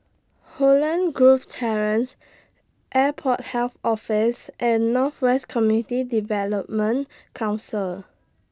Holland Grove Terrace Airport Health Office and North West Community Development Council